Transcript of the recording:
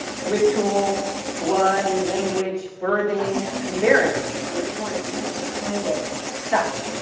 ritual, blood and language, birthing and burying. so each one produces a kind of stuff.